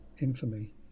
infamy